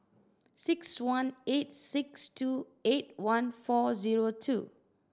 six one eight six two eight one four zero two